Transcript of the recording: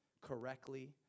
correctly